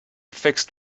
fixed